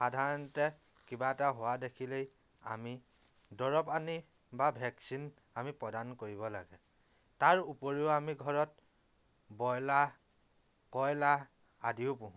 সাধাৰণতে কিবা এটা হোৱা দেখিলেই আমি দৰৱ আনি বা ভেকচিন আমি প্ৰদান কৰিব লাগে তাৰ উপৰিও আমি ঘৰত ব্ৰয়লাৰ কয়লাৰ আদিও পোহোঁ